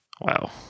Wow